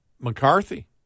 McCarthy